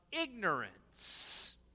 ignorance